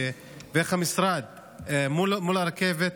ואיך המשרד מול הרכבת,